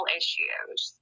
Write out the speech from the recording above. issues